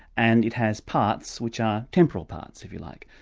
and it has parts which are temporal parts, if you like.